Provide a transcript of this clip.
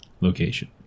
location